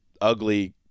ugly